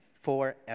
forever